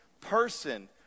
person